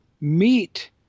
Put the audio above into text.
meet